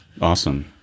awesome